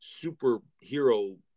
superhero